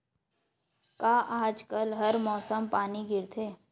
का आज कल हर मौसम पानी गिरथे?